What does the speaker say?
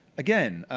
again,